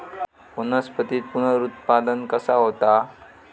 वनस्पतीत पुनरुत्पादन कसा होता?